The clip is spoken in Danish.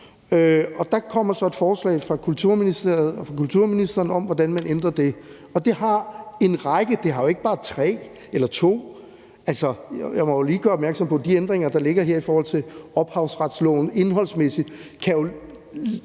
Der kommer så et forslag fra Kulturministeriet og fra kulturministeren om, hvordan man ændrer det. Det har en række ændringer – det har jo ikke bare tre eller to. Altså, jeg må lige gøre opmærksom på, at de ændringer, der ligger her i forhold til ophavsretsloven, indholdsmæssigt